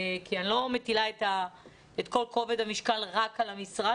כי אני לא מטילה את כל כובד המשקל רק על המשרד.